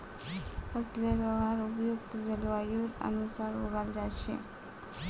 फसलेर वहार उपयुक्त जलवायुर अनुसार उगाल जा छेक